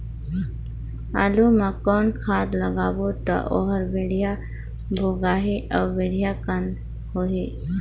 आलू मा कौन खाद लगाबो ता ओहार बेडिया भोगही अउ बेडिया कन्द होही?